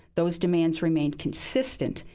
those demands remained consistent.